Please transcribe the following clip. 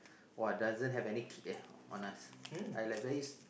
!wow! doesn't have any kick eh on us I like very s~